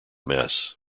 mess